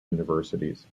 universities